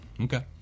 Okay